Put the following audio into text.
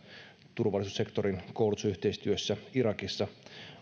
turvallisuussektorin koulutusyhteistyössä irakissa